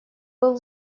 был